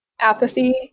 apathy